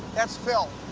that's fill.